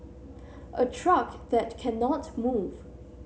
a truck that cannot move